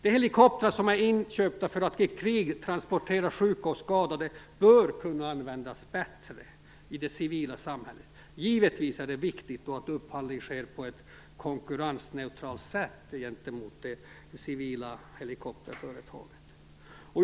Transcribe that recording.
De helikoptrar som är inköpta för att i krig transportera sjuka och skadade bör kunna användas bättre i det civila samhället. Givetvis är det viktigt att upphandlingen sker på ett konkurrensneutralt sätt i förhållande till civila helikopterföretag.